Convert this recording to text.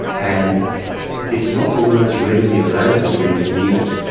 and it's not always readily available when you need it.